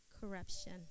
corruption